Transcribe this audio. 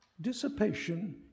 Dissipation